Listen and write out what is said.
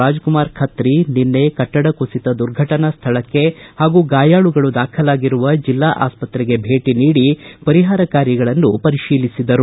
ರಾಜಕುಮಾರ ಖತ್ರಿ ನಿನ್ನೆ ಕಟ್ಟಡ ಕುಸಿತ ದುರ್ಘಟನಾ ಸ್ಥಳಕ್ಕೆ ಹಾಗೂ ಗಾಯಾಳುಗಳು ದಾಖಲಾಗಿರುವ ಜಿಲ್ಲಾ ಆಸ್ಪತ್ರೆಗೆ ಭೇಟಿ ನೀಡಿ ಪರಿಹಾರ ಕಾರ್ಯಗಳನ್ನು ಪರಿತೀಲಿಸಿದರು